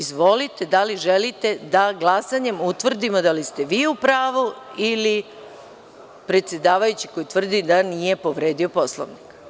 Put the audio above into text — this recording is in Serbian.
Izvolite, da li želite da glasanjem utvrdimo da li ste vi u pravu ili predsedavajući, koji tvrdi da nije povredio Poslovnik?